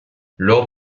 lors